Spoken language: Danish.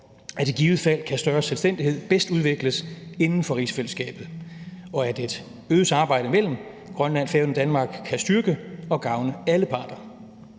at i givet fald kan større selvstændighed bedst udvikles inden for rigsfællesskabet, og at et øget samarbejde mellem Grønland, Færøerne og Danmark kan styrke og gavne alle parter.